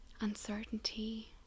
uncertainty